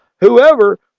whoever